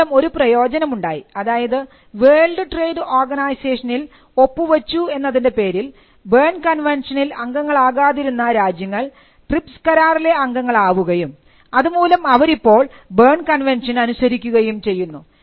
ഇതുമൂലം ഒരു പ്രയോജനം ഉണ്ടായി അതായത് വേൾഡ് ട്രേഡ് ഓർഗനൈസേഷനിൽ ഒപ്പുവെച്ചു എന്നതിൻറെ പേരിൽ ബേൺ കൺവെൻഷനിൽ അംഗങ്ങളാകാതിരുന്ന രാജ്യങ്ങൾ ട്രിപ്സ് കരാറിലെ അംഗങ്ങൾ ആവുകയും അതുമൂലം അവരിപ്പോൾ ബേൺ കൺവെൻഷൻ അനുസരിക്കുകയും ചെയ്യുന്നു